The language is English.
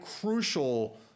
crucial